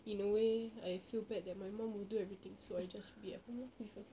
in a way I feel bad that my mum will do everything so I be at home lor with her